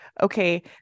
okay